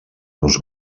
dos